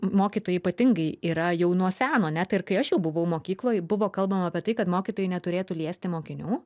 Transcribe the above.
mokytojai ypatingai yra jau nuo seno net ir kai aš jau buvau mokykloj buvo kalbama apie tai kad mokytojai neturėtų liesti mokinių